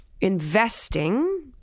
investing